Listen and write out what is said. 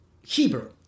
Hebrew